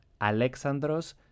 Alexandros